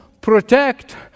Protect